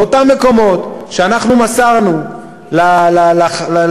מאותם מקומות שאנחנו מסרנו לחברינו,